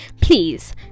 Please